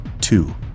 Two